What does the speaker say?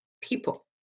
people